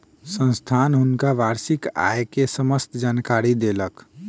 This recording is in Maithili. संस्थान हुनका वार्षिक आय के समस्त जानकारी देलक